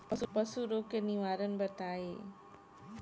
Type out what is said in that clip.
पशु रोग के निवारण बताई?